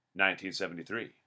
1973